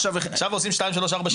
עכשיו עושים שתיים, שלוש ארבע שינויים.